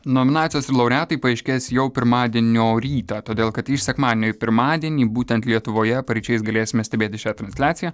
nominacijos laureatai paaiškės jau pirmadienio rytą todėl kad iš sekmadienio į pirmadienį būtent lietuvoje paryčiais galėsime stebėti šią transliaciją